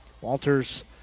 Walters